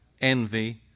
envy